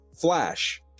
flash